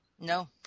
No